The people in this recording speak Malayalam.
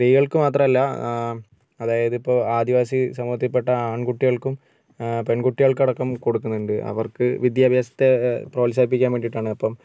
സ്ത്രീകൾക്ക് മാത്രമല്ല അതായതിപ്പോൾ ആദിവാസി സമൂഹത്തിൽ പെട്ട ആൺകുട്ടികൾക്കും പെൺകുട്ടികൾക്കടക്കം കൊടുക്കുന്നുണ്ട് അവർക്ക് വിദ്യാഭ്യാസത്തെ പ്രോത്സാഹിപ്പിക്കാൻ വേണ്ടിയിട്ടാണ് അപ്പം